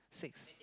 six